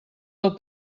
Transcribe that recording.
del